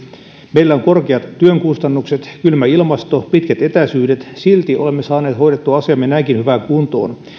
meillä on korkeat työn kustannukset kylmä ilmasto pitkät etäisyydet ja silti olemme saaneet hoidettua asiamme näinkin hyvään kuntoon